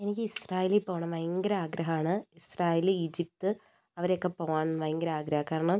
എനിക്ക് ഇസ്രായേലിൽ പോകണം ഭയങ്കര ആഗ്രഹമാണ് ഇസ്രായേൽ ഈജിപ്ത് അവിടെയൊക്കെ പോകാൻ ഭയങ്കര ആഗ്രഹമാണ് കാരണം